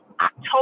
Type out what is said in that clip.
October